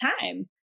time